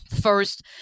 first